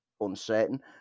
uncertain